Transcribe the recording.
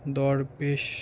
দরবেশ